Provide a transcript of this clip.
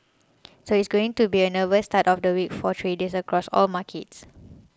so it's going to be a nervous start to the week for traders across all markets